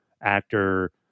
actor